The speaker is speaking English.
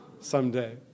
someday